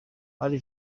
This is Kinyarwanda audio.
hari